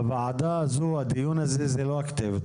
הוועדה הזו, הדיון הזה היא לא הכתובת.